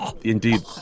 Indeed